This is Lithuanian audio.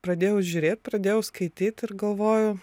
pradėjau žiūrėt pradėjau skaityt ir galvoju